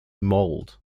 mauled